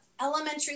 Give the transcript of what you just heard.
elementary